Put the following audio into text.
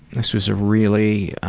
this was a really